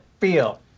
feel